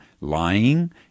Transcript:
lying